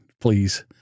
please